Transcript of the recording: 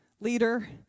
leader